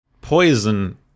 poison